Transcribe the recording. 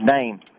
name